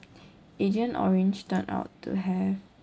agent orange turned out to have